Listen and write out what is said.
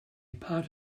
part